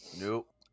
Nope